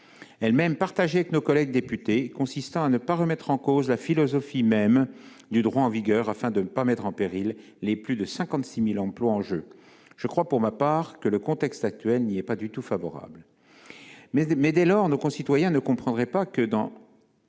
du Sénat et de nos collègues députés, consistant à ne pas remettre en cause la philosophie du droit en vigueur afin de ne pas mettre en péril les plus de 56 000 emplois en jeu. Je crois, pour ma part, que le contexte actuel n'est pas du tout favorable à une telle remise en cause, mais nos concitoyens ne comprendraient pas que toutes